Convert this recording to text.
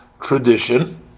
tradition